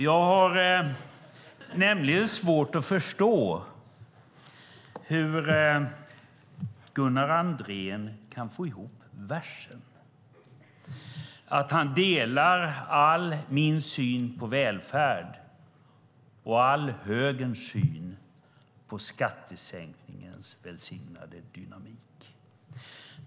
Jag har nämligen svårt att förstå hur Gunnar Andrén kan få ihop versen, att han delar all min syn på välfärd och all högerns syn på skattesänkningens välsignade dynamik.